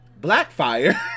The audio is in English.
Blackfire